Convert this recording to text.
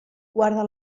guarda